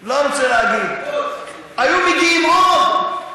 אה, לא רוצה להגיד, היו מגיעים עוד.